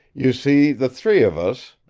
you see the three of us,